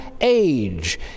age